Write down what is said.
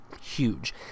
huge